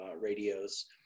radios